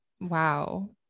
Wow